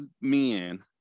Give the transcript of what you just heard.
men